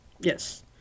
Yes